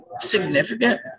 Significant